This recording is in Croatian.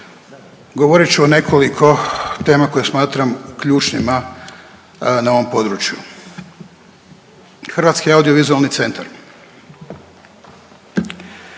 Govorit ću o nekoliko tema koje smatram ključnima na ovom području. HAVC da bi Hrvatska